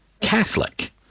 Catholic